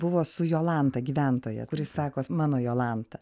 buvo su jolanta gyventoja kuri sakos mano jolanta